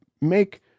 make